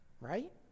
right